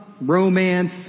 romance